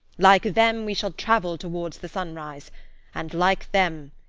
like them we shall travel towards the sunrise and like them,